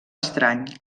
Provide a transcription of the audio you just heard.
estrany